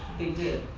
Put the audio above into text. they did.